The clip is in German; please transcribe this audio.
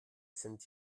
sind